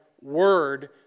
word